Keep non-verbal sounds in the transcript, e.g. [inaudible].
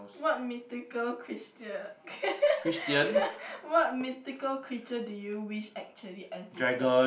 what mythical creature [laughs] what mythical creature do you wished actually existed